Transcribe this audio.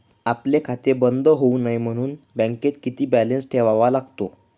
आपले खाते बंद होऊ नये म्हणून बँकेत किती बॅलन्स ठेवावा लागतो?